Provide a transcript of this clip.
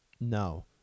No